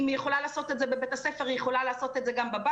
אם היא יכולה לעשות את זה בבית הספר היא יכולה לעשות את זה גם בבית.